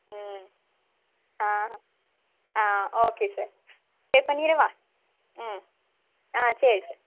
ம் ஆ ஆ ஓகே சார் பே பண்ணிவிடவா ம் ஆ சரி சார்